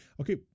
Okay